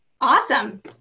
Awesome